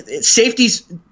safeties